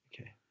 Okay